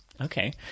Okay